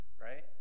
Right